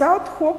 הצעת חוק